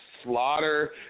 Slaughter